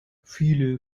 viele